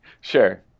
Sure